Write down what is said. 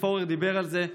ופורר דיבר על זה,